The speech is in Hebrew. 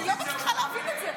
אני לא מצליחה להבין את זה.